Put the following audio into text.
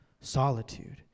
Solitude